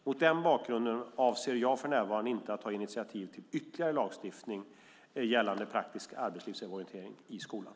Mot denna bakgrund avser jag för närvarande inte att ta initiativ till ytterligare lagstiftning gällande praktisk arbetslivsorientering i skolan.